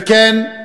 וכן,